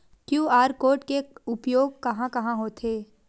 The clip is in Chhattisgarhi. क्यू.आर कोड के उपयोग कहां कहां होथे?